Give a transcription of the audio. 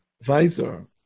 visor